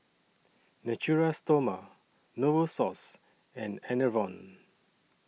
Natura Stoma Novosource and Enervon